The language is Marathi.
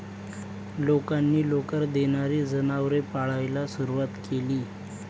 लोकांनी लोकर देणारी जनावरे पाळायला सुरवात केली